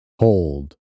Hold